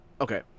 okay